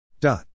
dot